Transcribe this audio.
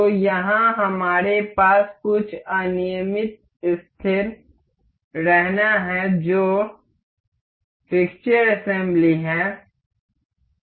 तो यहाँ हमारे पास कुछ अनियमित स्थिर रहना है जो फ़िक्चर असेंबली है